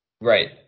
Right